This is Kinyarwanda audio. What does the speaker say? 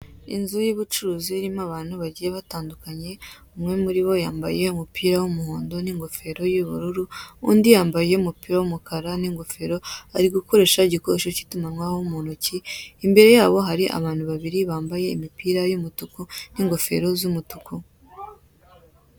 Inzu y'ubucuruzi irimo abantu bagiye batandukanye umwe muribo yambaye umupira w'umuhondo n'ingofero y'ubururu, undi yambaye umupira w'umukara n'ingofero ari gukoresha igikoresho kitumanaho muntoki imbere yabo hari abantu babiri bambaye imipira y'umutuku n'ingofero z'umutuku.